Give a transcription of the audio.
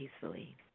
peacefully